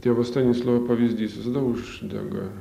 tėvo stanislovo pavyzdys visada uždega